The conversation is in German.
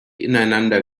ineinander